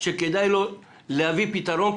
שכדאי לו להביא פתרון,